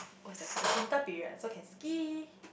what's that called it's winter period so can ski